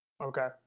Okay